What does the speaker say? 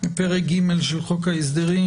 בפרק ג' של חוק ההסדרים,